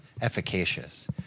efficacious